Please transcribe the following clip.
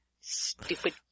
Stupid